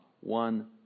One